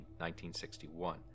1961